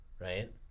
right